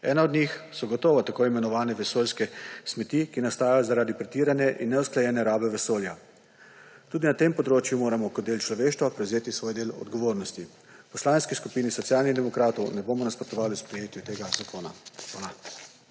Ena od njih so gotovo tako imenovane vesoljske smeti, ki nastajajo zaradi pretirane in neusklajene rabe vesolja. Tudi na tem področju moramo kot del človeštva prevzeti svoj del odgovornosti. V Poslanski skupini Socialnih demokratov ne bomo nasprotovali sprejetju tega zakona.